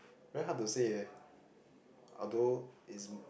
very hard to say eh although is